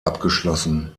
abgeschlossen